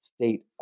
state